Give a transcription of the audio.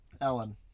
Ellen